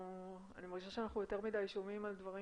אני מרגישה שאנחנו יותר מדי שומעים על דברים